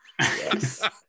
yes